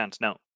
No